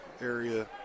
area